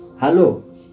Hello